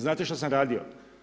Znate što sam radio?